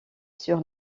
sur